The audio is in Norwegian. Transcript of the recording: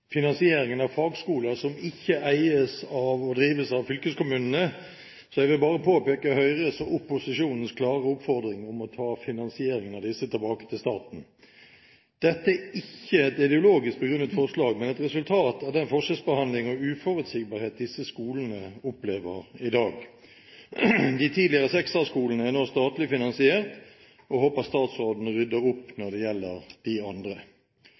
finansieringen av disse tilbake til staten. Dette er ikke et ideologisk begrunnet forslag, men et resultat av den forskjellsbehandling og uforutsigbarhet disse skolene opplever i dag. De tidligere 6A-skolene er nå statlig finansiert. Jeg håper statsråden rydder opp når det gjelder de andre.